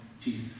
Jesus